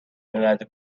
اینقدر